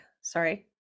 Sorry